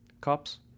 Cups